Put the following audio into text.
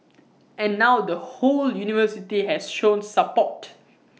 and now the whole university has shown support